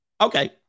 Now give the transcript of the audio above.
okay